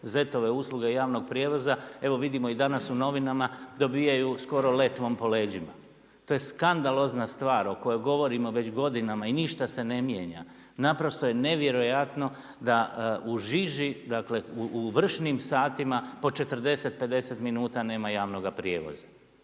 ZET-ove usluge javnog prijevoza, evo vidimo i danas u novinama dobivaju skoro letvom po leđima. To je skandalozna stvar o kojoj govorimo već godinama i ništa se ne mijenja. Naprosto je nevjerojatno da u žiži dakle, u vršnim satima po 40, 50 minuta nema javnoga prijevoza.